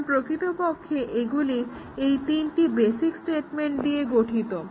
কারণ প্রকৃতপক্ষে এগুলি এই তিনটি বেসিক স্টেটমেন্ট দিয়ে গঠিত